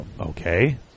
Okay